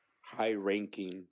high-ranking